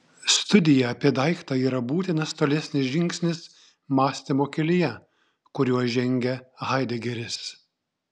studija apie daiktą yra būtinas tolesnis žingsnis mąstymo kelyje kuriuo žengia haidegeris